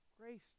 grace